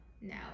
now